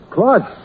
Claude